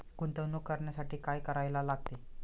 गुंतवणूक करण्यासाठी काय करायला लागते?